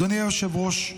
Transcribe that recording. אדוני היושב-ראש,